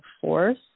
force